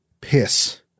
piss